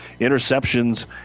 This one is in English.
interceptions